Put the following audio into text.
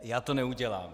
Já to neudělám.